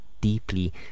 deeply